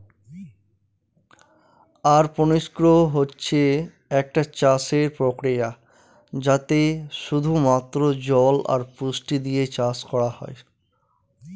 অরপনিক্স হচ্ছে একটা চাষের প্রক্রিয়া যাতে শুধু মাত্র জল আর পুষ্টি দিয়ে চাষ করা হয়